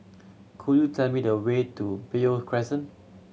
could you tell me the way to Beo Crescent